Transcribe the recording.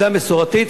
עמדה מסורתית,